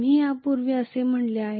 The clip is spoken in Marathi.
आपण यापूर्वी असे म्हटले आहे